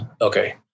Okay